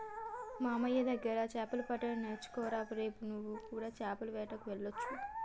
మామయ్య దగ్గర చాపలు పట్టడం నేర్చుకోరా రేపు నువ్వు కూడా చాపల వేటకు వెళ్లొచ్చు